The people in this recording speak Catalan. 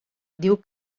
diu